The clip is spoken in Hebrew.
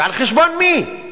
על חשבון מי?